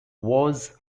was